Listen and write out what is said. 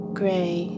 gray